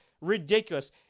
ridiculous